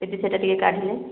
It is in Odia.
ଦିଦି ସେଟା ଟିକିଏ କାଢ଼ିଲେ